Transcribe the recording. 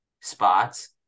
spots